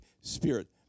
Spirit